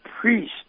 priest